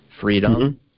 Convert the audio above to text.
freedom